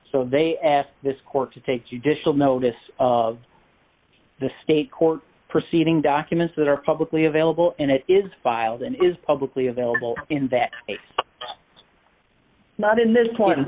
so they ask this court to take you digital notice of the state court proceeding documents that are publicly available and it is filed and is publicly available in that case not in this